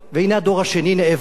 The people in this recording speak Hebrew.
והנה הדור השני נאבק,